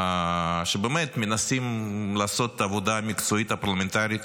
שבאמת מנסים לעשות עבודה פרלמנטרית